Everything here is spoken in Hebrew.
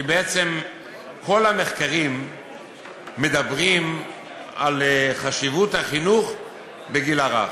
כי בעצם כל המחקרים מדברים על חשיבות החינוך בגיל הרך.